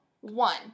one